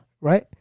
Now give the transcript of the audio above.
Right